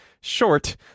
short